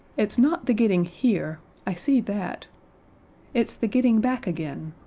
it's not the getting here i see that it's the getting back again.